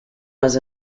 was